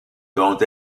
dont